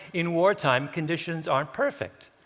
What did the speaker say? in wartime, conditions aren't perfect.